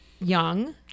young